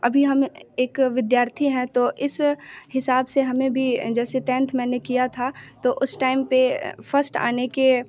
अभी हम एक विद्यार्थी हैं तो इस हिसाब से हमें भी जैसे तेंथ मैंने किया था तो उस टाइम पर फर्स्ट आने के